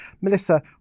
Melissa